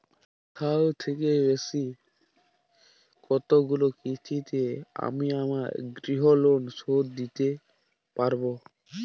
সবথেকে বেশী কতগুলো কিস্তিতে আমি আমার গৃহলোন শোধ দিতে পারব?